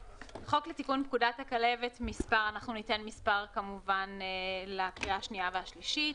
התיקון אנחנו ניתן לקראת הקריאה השנייה והשלישית.